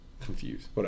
Confused